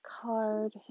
Card